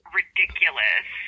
ridiculous